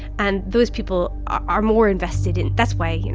and those people are more invested in that's why,